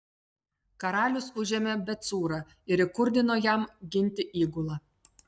karalius užėmė bet cūrą ir įkurdino jam ginti įgulą